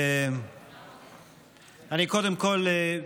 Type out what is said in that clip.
קודם כול,